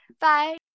Bye